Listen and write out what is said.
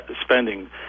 spending